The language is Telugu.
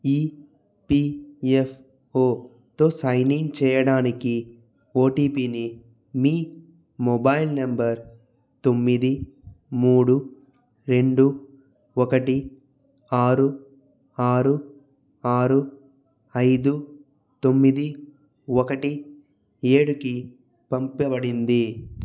ఈపిఎఫ్ఓతో సైన్ ఇన్ చేయడానికి ఓటీపీని మీ మొబైల్ నెంబర్ తొమ్మిది మూడు రెండు ఒకటి ఆరు ఆరు ఆరు ఐదు తొమ్మిది ఒకటి ఏడుకి పంపబడింది